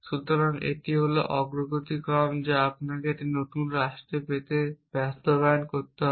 সুতরাং এটি হল সেই অগ্রগতি কর্ম যা আপনাকে এই নতুন রাষ্ট্র কে পেতে বাস্তবায়ন করতে হবে